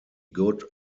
good